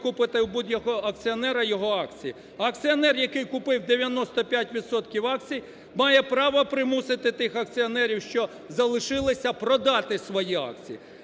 викупити у будь-якого акціонера його акції, а акціонер, який купив 95 відсотків акцій, має право примусити тих акціонерів, що залишилися, продати свої акції.